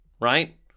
right